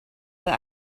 that